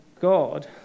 God